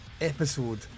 episode